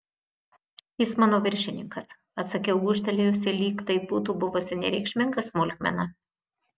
jis mano viršininkas atsakiau gūžtelėjusi lyg tai būtų buvusi nereikšminga smulkmena